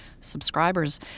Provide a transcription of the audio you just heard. subscribers